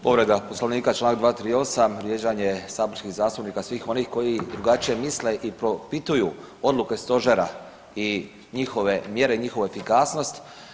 Povreda Poslovnika članak 238. vrijeđanje saborskih zastupnika, svih onih koji drugačije misle i propituju odluke Stožera i njihove mjere, njihovu efikasnost.